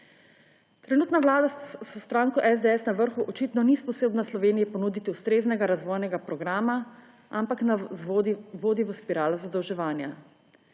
Trenutno vlada s stranko SDS na vrhu očitno ni sposobna Sloveniji ponuditi ustreznega razvojnega programa, ampak nas vodi v spiralo zadolževanja.